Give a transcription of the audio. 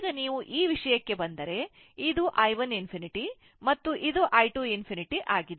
ಈಗ ನೀವು ಈ ವಿಷಯಕ್ಕೆ ಬಂದರೆ ಇದು i 1 ∞ ಮತ್ತು ಇದು i 2 ∞ ಆಗಿದೆ